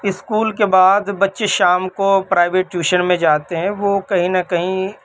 school کے بعد بچے شام کو پرائیویٹ ٹیوشن میں جاتے ہیں وہ کہیں نہ کہیں